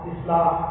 Islam